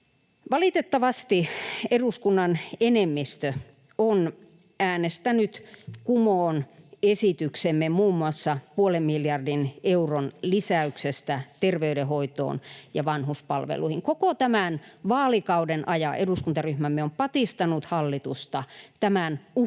Valitettavasti eduskunnan enemmistö on äänestänyt kumoon esityksemme muun muassa puolen miljardin euron lisäyksestä terveydenhoitoon ja vanhuspalveluihin. Koko tämän vaalikauden ajan eduskuntaryhmämme on patistanut hallitusta tämän uhkan